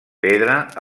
pedra